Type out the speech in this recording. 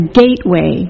gateway